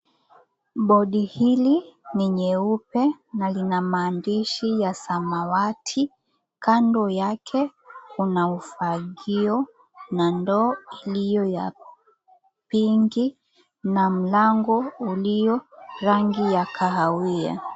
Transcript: Bodi hili ni nyeupe na linamaandishi ya samawati kando yake kuna ufagio na ndoo ilio ya pinki ya kando kuna mlango ulio na rangi ya kahawia.